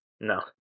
No